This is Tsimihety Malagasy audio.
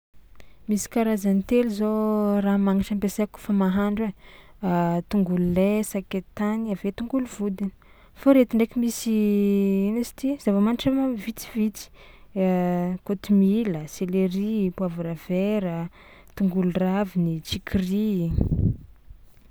Misy karazany telo zao raha magnitry ampiasaiko kofa mahandro ai: tongolo lay, sakay tany, avy zo tongolo vodiny; fô reto ndraiky misy ino izy ty zava-manitra ma- vitsivitsy: kôtomila, selery, poivre vert, tongolo raviny, tsikiry.